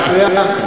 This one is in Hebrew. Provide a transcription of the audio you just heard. מצוין.